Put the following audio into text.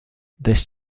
this